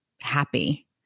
happy